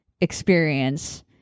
experience